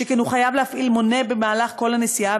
שכן הוא חייב להפעיל מונה במהלך כל הנסיעה